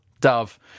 Dove